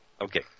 Okay